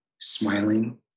Smiling